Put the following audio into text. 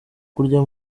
kurya